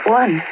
one